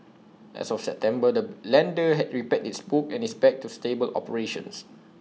as of September the lender had repaired its books and is back to stable operations